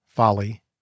folly